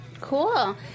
Cool